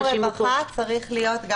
התוספת בתחום הרווחה צריכה להיות,